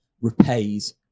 repays